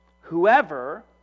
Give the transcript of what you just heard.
Whoever